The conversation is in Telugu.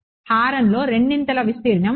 హారంలో రెండింతల విస్తీర్ణం ఉంది